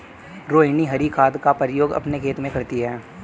रोहिनी हरी खाद का प्रयोग अपने खेत में करती है